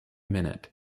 minute